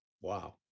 wow